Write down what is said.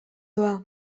doa